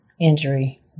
injury